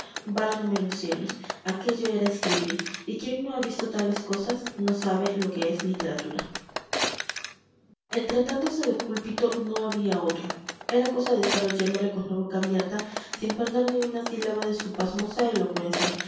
válganme los cielos aquello era escribir y quien no ha visto tales cosas no sabe lo que es literatura en tratándose de púlpito no había otro era cosa de estar oyéndole con la boca abierta sin perder ni una sílaba de su pasmosa elocuencia